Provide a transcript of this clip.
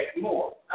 more